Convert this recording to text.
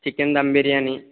chicken dum biryani